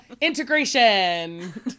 Integration